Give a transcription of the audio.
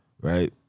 right